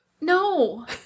No